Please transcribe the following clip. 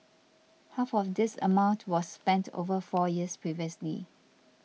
half of this amount was spent over four years previously